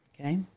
Okay